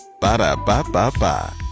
Ba-da-ba-ba-ba